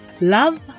Love